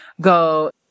go